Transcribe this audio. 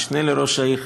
המשנה לראש העיר,